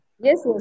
Yes